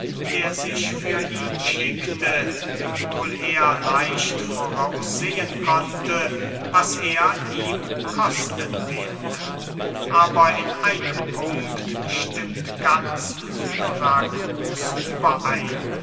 der sich für ihn schickte wiewohl er leicht voraussehen konnte was er ihm kosten werde aber in einem punkt stimmt ganz syrakus überein